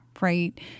right